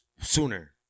Sooner